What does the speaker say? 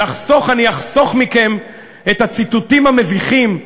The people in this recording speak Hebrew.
אני אחסוך מכם את הציטוטים המביכים,